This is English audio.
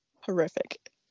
horrific